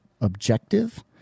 objective